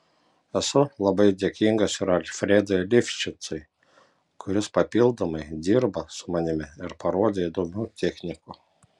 esu labai dėkingas ir alfredui lifšicui kuris papildomai dirba su manimi ir parodė įdomių technikų